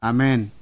Amen